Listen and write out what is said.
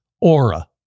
Aura